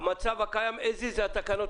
המצב הקיים הוא התקנות